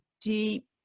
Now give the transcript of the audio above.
deep